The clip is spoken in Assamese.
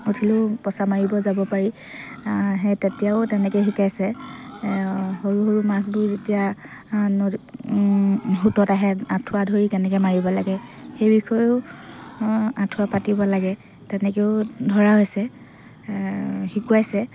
উঠিলেও পঁচা মাৰিব যাব পাৰি সেই তেতিয়াও তেনেকৈ শিকাইছে সৰু সৰু মাছবোৰ যেতিয়া নদী সোঁতত আহে আঁঠুৱা ধৰি কেনেকৈ মাৰিব লাগে সেই বিষয়েও আঁঠুৱা পাতিব লাগে তেনেকৈও ধৰা হৈছে শিকোৱাইছে